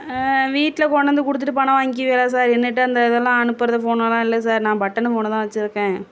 வீட்டில் கொண்டு வந்து கொடுத்துட்டு பணம் வாங்கிறீங்களா சார் என்னுட்ட அந்த இதல்லாம் அனுப்புகிறது ஃபோனெலாம் இல்லை சார் நான் பட்டனு ஃபோனு தான் வச்சுருக்கேன்